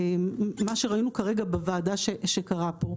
מה שראינו כרגע בוועדה שקרה פה,